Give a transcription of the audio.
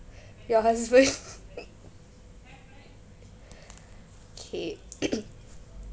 your husband kay